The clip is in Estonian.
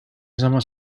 samas